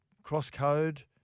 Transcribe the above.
Cross-code